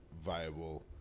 viable